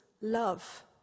love